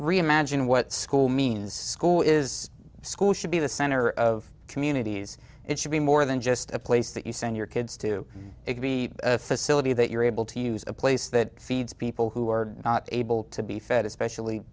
reimagine what school means school is schools should be the center of communities it should be more than just a place that you send your kids to be a facility that you're able to use a place that feeds people who are able to be fed especially